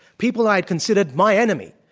people i'd considered my enemy,